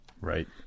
Right